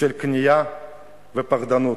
של כניעה ופחדנות.